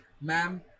ma'am